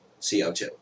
CO2